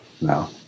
no